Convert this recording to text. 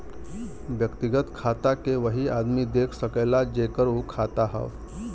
व्यक्तिगत खाता के वही आदमी देख सकला जेकर उ खाता हौ